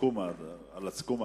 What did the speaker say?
על הסיכום,